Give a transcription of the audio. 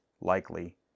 likely